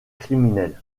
criminel